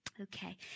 Okay